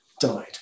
died